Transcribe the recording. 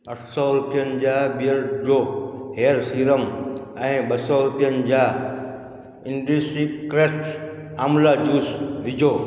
अठ सौ रुपियनि जा बीयरडो हेयर सीरम ऐं ॿ सौ रुपियनि जा इन्डिसिक्रेट्स आमला जूस विझो